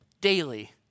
daily